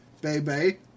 baby